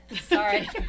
Sorry